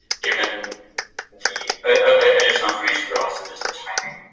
given the additional information, but also just the timing,